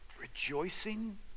rejoicing